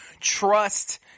trust